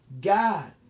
God